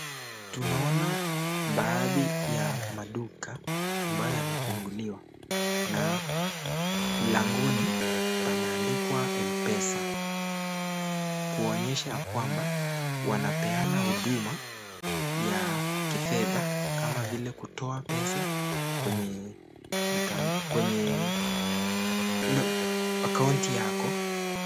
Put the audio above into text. Tunaona baadhi ya maduka ambayo yamefunguliwa na mlangoni pameandikwa Mpesa. Kuonyesha ya kwamba wanapeana huduma ya kifedha kama vile kutoa pesa kwenye kwenye akaunti yako.